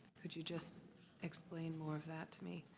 could you just explain more of that to me.